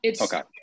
Okay